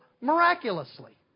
miraculously